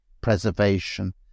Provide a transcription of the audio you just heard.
preservation